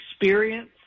experience